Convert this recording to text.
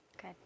Good